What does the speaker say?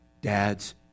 Dads